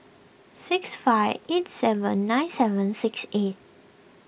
six five eight seven nine seven six eight